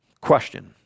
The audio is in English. Question